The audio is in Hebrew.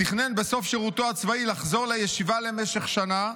תכנן בסוף שירותו הצבאי לחזור לישיבה למשך שנה,